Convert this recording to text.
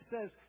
says